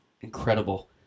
incredible